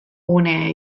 gunea